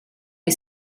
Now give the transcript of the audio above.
est